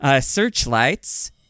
Searchlights